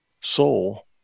soul